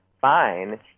fine